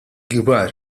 kbar